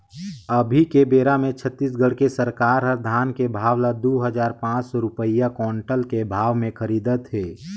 अभी के बेरा मे छत्तीसगढ़ के सरकार हर धान के भाव ल दू हजार पाँच सौ रूपिया कोंटल के भाव मे खरीदत हे